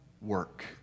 work